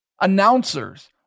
announcers